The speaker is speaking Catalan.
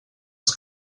als